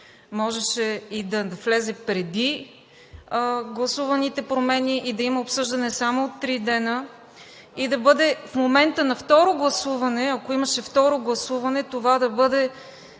можеше и да влезе преди гласуваните промени и да има обсъждане само от три дена, и да бъде в момента на второ гласуване, ако имаше второ гласуване, това